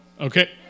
Okay